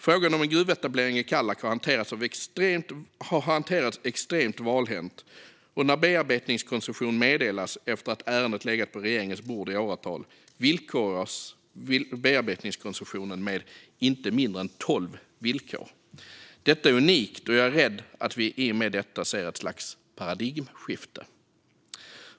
Frågan om en gruvetablering i Kallak har hanterats extremt valhänt, och när bearbetningskoncessionen meddelades efter att ärendet legat på regeringens bord i åratal villkorades bearbetningskoncessionen med inte mindre än tolv villkor. Detta är unikt, och jag är rädd att vi i och med detta ser ett slags paradigmskifte.